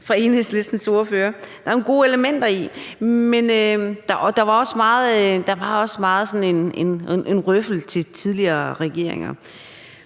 fra Enhedslistens ordfører. Der er nogle gode elementer i den, men der var også sådan meget en røffel til tidligere regeringer.